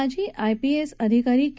माजी आयपीएस अधिकारी के